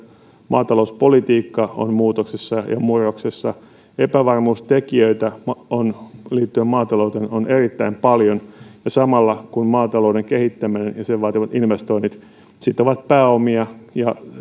maatalouspolitiikka on muutoksessa ja murroksessa epävarmuustekijöitä liittyen maatalouteen on erittäin paljon ja samalla kun maatalouden kehittäminen ja sen vaatimat investoinnit sitovat pääomia ja